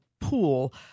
pool